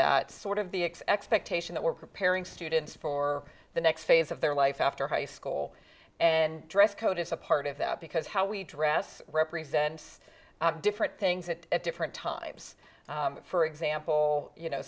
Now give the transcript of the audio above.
that sort of the expectation that we're preparing students for the next phase of their life after high school and dress code is a part of that because how we dress represents different things that at different times for example you know